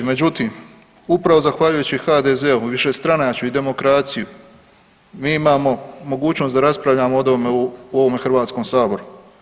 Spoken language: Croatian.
Međutim, upravo zahvaljujući HDZ-u, višestranačju i demokraciji mi imamo mogućnost da raspravljamo o ovome u ovom Hrvatskom saboru.